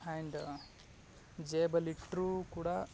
hand ಜೇಬಲ್ಲಿ ಇಟ್ಟರೂ ಕೂಡ